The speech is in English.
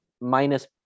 minus